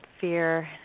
fear